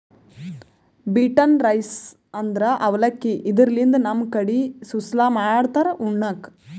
beaten rice ಅಂದ್ರ ಅವಲಕ್ಕಿ, ಇದರ್ಲಿನ್ದ್ ನಮ್ ಕಡಿ ಸುಸ್ಲಾ ಮಾಡ್ತಾರ್ ಉಣ್ಣಕ್ಕ್